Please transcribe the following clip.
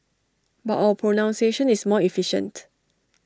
but our pronunciation is more efficient